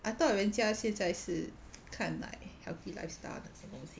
I thought 人家现在是看 like healthy lifestyle 什么东西